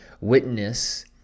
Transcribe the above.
witness